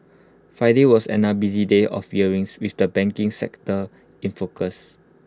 Friday was another busy day of earnings with the banking sector in focus